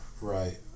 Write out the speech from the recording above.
right